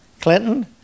Clinton